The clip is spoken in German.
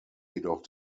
jedoch